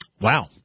Wow